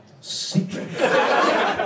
secret